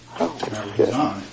Okay